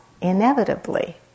inevitably